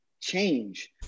change